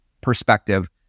perspective